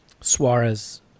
Suarez